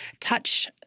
touch